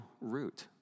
root